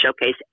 showcase